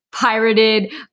pirated